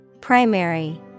Primary